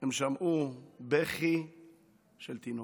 הם שמעו בכי של תינוקת,